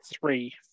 Three